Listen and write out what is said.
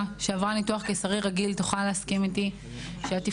שעברה ניתוח קיסרי רגיל תסכים אתי שהתפקוד